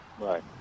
Right